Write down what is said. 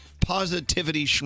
positivity